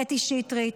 קטי שטרית,